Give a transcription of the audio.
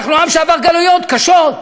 אנחנו עם שעבר גלויות קשות,